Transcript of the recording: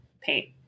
paint